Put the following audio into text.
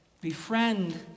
befriend